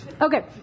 Okay